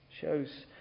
Shows